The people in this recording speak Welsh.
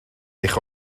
eich